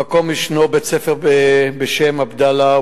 במקום ישנו בית-ספר בשם "עבדאללה",